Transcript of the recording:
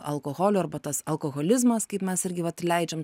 alkoholio arba tas alkoholizmas kaip mes irgi vat leidžiam